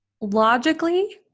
logically